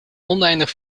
oneindig